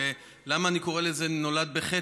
למה אני קורא לזה "נולד בחטא"?